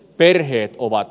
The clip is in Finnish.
perheet ovat